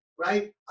right